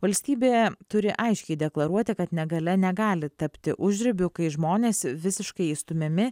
valstybė turi aiškiai deklaruoti kad negalia negali tapti užribiu kai žmonės visiškai išstumiami